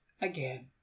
again